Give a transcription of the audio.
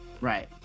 Right